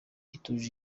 itujuje